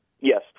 Yes